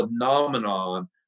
phenomenon